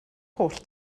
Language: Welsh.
holl